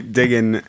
digging